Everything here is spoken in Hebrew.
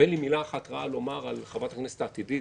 ואין לי מילה אחת רעה לומר על חברת הכנסת העתידית,